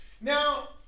Now